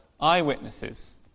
eyewitnesses